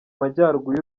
majyaruguru